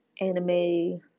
anime